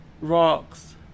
rocks